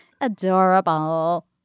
Adorable